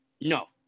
No